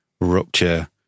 rupture